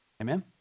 Amen